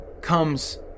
comes